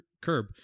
curb